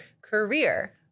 career